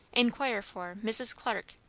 inquire for mrs. clarke,